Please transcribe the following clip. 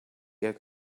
ihr